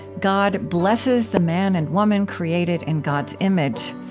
god blesses the man and woman created in god's image.